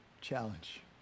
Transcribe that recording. Challenge